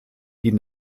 die